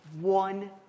one